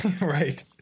right